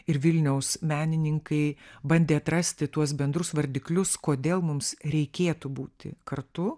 ir vilniaus menininkai bandė atrasti tuos bendrus vardiklius kodėl mums reikėtų būti kartu